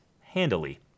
handily